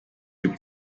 gibt